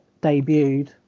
debuted